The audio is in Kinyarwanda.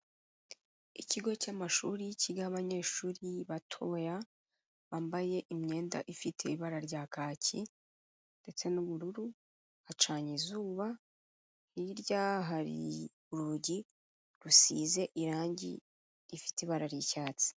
Ikigo cy'amashuri kigaho abanyeshuri batoya, bambaye imyenda ifite ibara rya kaki ndetse n'ubururu, hacanye izuba, hirya hari urugi rusize irangi rufite ibara ry'icyatsi.